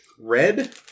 Red